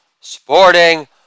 sporting